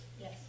Yes